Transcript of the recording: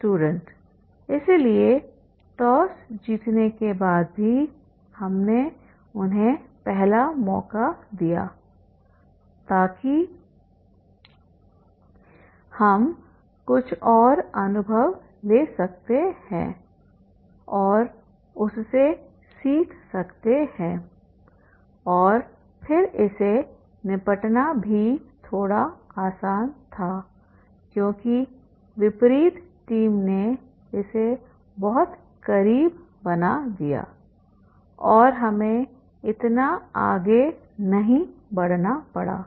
student इसीलिए toss जीतने के बाद भी हमने उन्हें पहला मौका दिया ताकि हम कुछ और अनुभव ले सकते हैं और उससे सीख सकते हैं और फिर इसे निपटना भी थोड़ा आसान था क्योंकि विपरीत टीम ने इसे बहुत करीब बना दिया और हमें इतना आगे नहीं बढ़ना पड़ा